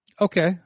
Okay